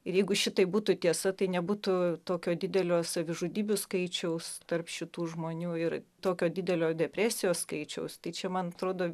ir jeigu šitai būtų tiesa tai nebūtų tokio didelio savižudybių skaičiaus tarp šitų žmonių ir tokio didelio depresijos skaičiaus tai čia man atrodo